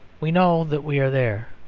we know that we are there.